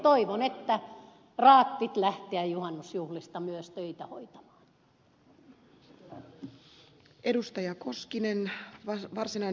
toivon että raatsit lähteä juhannusjuhlista myös töitä hoitamaan